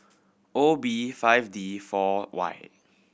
O B five D four Y